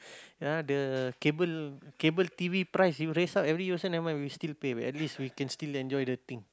ya the cable cable t_v price you raise up every year also never mind we still pay we at least we can still enjoy the thing